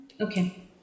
okay